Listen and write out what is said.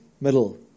Middle